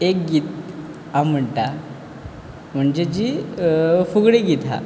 एक गीत हांव म्हणटां म्हणजे जी फुगडी गीत आसा